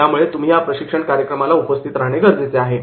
त्यामुळे तुम्ही या प्रशिक्षण कार्यक्रमाला उपस्थित राहणे गरजेचे आहे